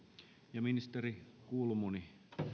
ja ministeri kulmuni kolme